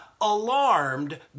alarmed